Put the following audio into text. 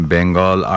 Bengal